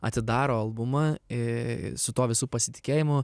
atidaro albumą a su tuo visu pasitikėjimu